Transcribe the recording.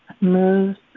moves